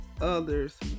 others